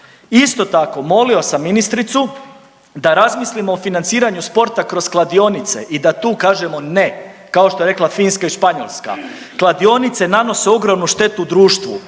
Isto tako molio sam ministricu da razmislimo o financiranju sporta kroz kladionice i da tu kažemo ne, kao što je rekla Finska i Španjolska, kladionice nanose ogromnu štetu društvu,